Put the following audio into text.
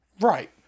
Right